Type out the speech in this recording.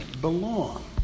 belong